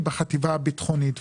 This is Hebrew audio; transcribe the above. היא בחטיבה הביטחונית.